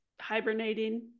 hibernating